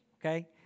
okay